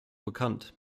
bekannt